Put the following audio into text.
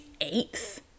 eighth